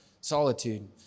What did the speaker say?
solitude